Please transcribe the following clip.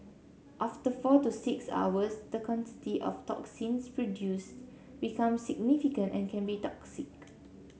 after four to six hours the quantity of toxins produced becomes significant and can be toxic